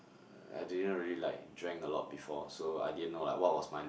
I didn't really like drank a lot before so I didn't know like what was my